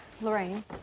Lorraine